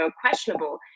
questionable